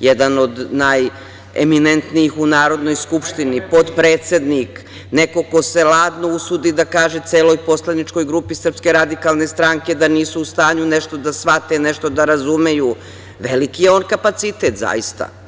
jedan od najeminentnijih u Narodnoj skupštini, potpredsednik, neko ko se ladno usudi da kaže celoj poslaničkoj grupi SRS da nisu u stanju nešto da shvate, nešto da razumeju, veliki je on kapacitet, zaista.